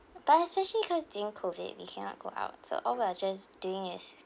but especially cause during COVID we cannot go out so all we are just doing is